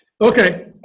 Okay